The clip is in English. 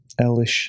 Elish